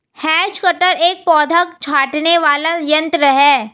has cutter एक पौधा छाँटने वाला यन्त्र है